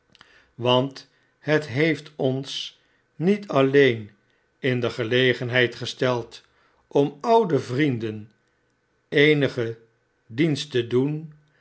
want het heeft ons niet alleen in de gelegenheid gesteld om oude vrienden eenigen dienst te doen